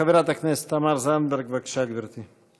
חברת הכנסת תמר זנדברג, בבקשה, גברתי.